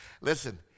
Listen